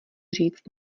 říct